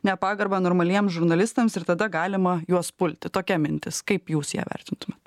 nepagarbą normaliem žurnalistams ir tada galima juos pulti tokia mintis kaip jūs ją vertintumėt